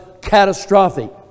catastrophic